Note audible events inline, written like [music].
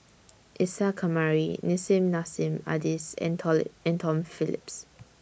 Isa Kamari Nissim Nassim Adis and [unintelligible] and Tom Phillips